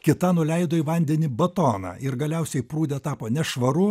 kita nuleido į vandenį batoną ir galiausiai prūde tapo nešvaru